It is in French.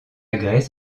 graisse